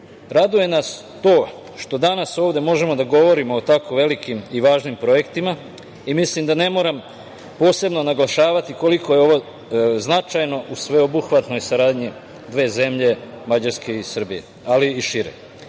nas to što danas ovde možemo da govorimo o tako velikim i važnim projektima i mislim da ne moram posebno naglašavati koliko je ovo značajno u sveobuhvatnoj saradnji dve zemlje, Mađarske i Srbije, ali i šire. Brza